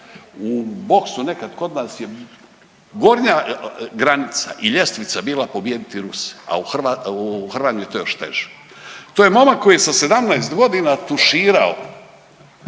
U boksu nekad kod nas je gornja granica i ljestvica bila pobijediti Ruse, a u hrvanju je to još i teže. To je momak koji je sa 17 godina tuširao